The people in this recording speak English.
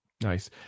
Nice